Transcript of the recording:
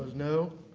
no.